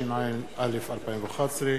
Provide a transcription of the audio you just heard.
התשע"א 2011,